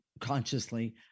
consciously